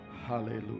Hallelujah